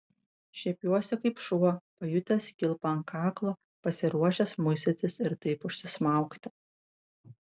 šiepiuosi kaip šuo pajutęs kilpą ant kaklo pasiruošęs muistytis ir taip užsismaugti